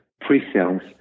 pre-sales